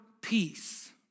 peace